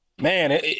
man